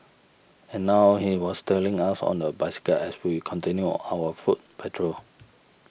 and now he was tailing us on a bicycle as we continued our foot patrol